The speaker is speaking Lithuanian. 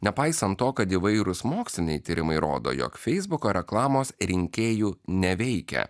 nepaisant to kad įvairūs moksliniai tyrimai rodo jog feisbuko reklamos rinkėjų neveikia